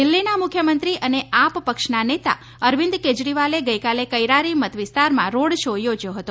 દિલ્હીના મુખ્યમંત્રી અને આપ પક્ષના નેતા અરવિંદ કેજરીવાલે ગઇકાલે કૈરારી મત વિસ્તારમાં રોડ શો થોજ્યો હતો